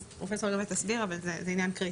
אז פרופ' גבע תסביר, אבל זה עניין קריטי.